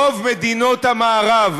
רוב מדינות המערב,